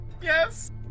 Yes